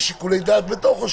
יש שיקולי דעת בתוכו,